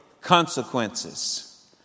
consequences